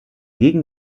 gegen